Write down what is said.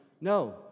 No